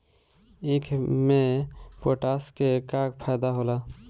ईख मे पोटास के का फायदा होला?